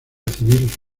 civil